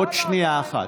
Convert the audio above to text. עוד שנייה אחת.